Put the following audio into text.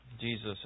Jesus